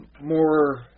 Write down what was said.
more